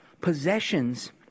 possessions